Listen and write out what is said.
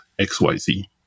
XYZ